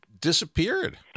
disappeared